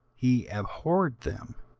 he abhorred them,